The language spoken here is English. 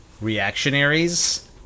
reactionaries